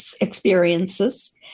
experiences